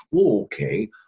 Okay